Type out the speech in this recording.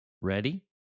ready